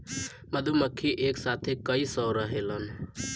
मधुमक्खी एक साथे कई सौ रहेलन